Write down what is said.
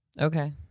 Okay